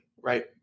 right